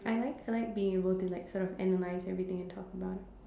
I like to like be able to like sort of analyse everything and talk about it